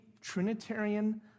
Trinitarian